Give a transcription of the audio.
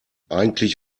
eigentlich